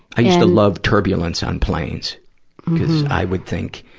i used to love turbulence on planes, because i would think,